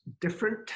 different